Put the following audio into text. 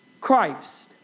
Christ